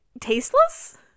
tasteless